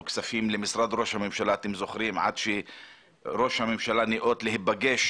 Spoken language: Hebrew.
כספים למשרד ראש הממשלה עד שראש הממשלה נאות להיפגש